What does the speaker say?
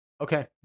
Okay